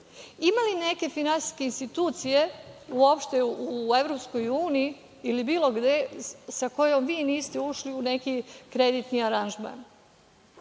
Ima li neke finansijske institucije uopšte u EU ili bilo gde sa kojom vi niste ušli u neki kreditni aranžman?